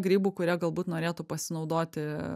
grybų kurie galbūt norėtų pasinaudoti